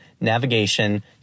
navigation